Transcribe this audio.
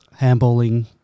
handballing